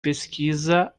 pesquisa